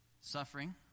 suffering